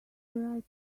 write